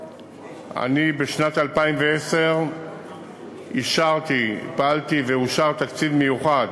בשנת 2010 אישרתי, פעלתי ואושר תקציב מיוחד